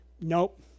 nope